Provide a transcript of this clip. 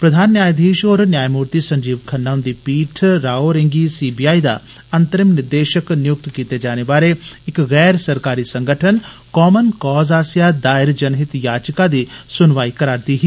प्रधान न्यायधीष होर न्यायमूर्ति संजीव खन्ना हुन्दी पीठ राओ होरें गी सी बी आई दा अंतरिम निदेषक नियुक्त कीते जाने बारै इक गैर सरकारी संगठन कामन कोर्स आस्सेआ दायर जनहित याचिका दी सुनवाई करा रदी ही